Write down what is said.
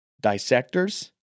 dissectors